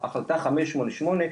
החלטה 588,